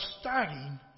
starting